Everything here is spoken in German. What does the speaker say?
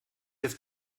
jetzt